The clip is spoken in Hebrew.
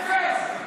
אפס.